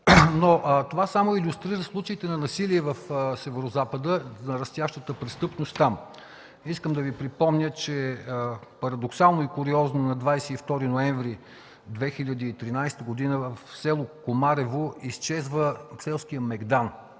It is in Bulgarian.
Това само илюстрира случаите на насилие в Северозапада и растящата престъпност там. Искам да Ви припомня, че парадоксално и куриозно на 22 ноември 2013 г. в село Комарево изчезва селският мегдан.